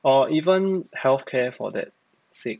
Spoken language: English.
or even health care for that sick